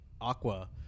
Aqua